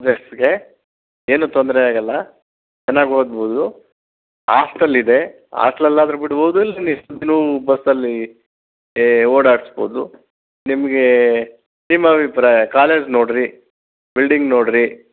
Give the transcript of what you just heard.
ಏನೂ ತೊಂದರೆ ಆಗೋಲ್ಲ ಚೆನ್ನಾಗಿ ಓದ್ಬೋದು ಆಸ್ಟಲ್ ಇದೆ ಆಸ್ಟ್ಲಲ್ಲಾದರೂ ಬಿಡ್ಬೋದು ಬಸ್ಸಲ್ಲಿ ಓಡಾಡಿಸ್ಬೋದು ನಿಮಗೆ ನಿಮ್ಮ ಅಭಿಪ್ರಾಯ ಕಾಲೇಜ್ ನೋಡ್ರಿ ಬಿಲ್ಡಿಂಗ್ ನೋಡ್ರಿ